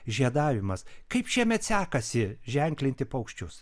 žiedavimas kaip šiemet sekasi ženklinti paukščius